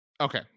Okay